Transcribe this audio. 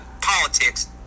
politics